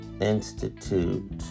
institute